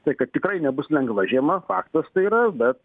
tai kad tikrai nebus lengva žiema faktas tai yra bet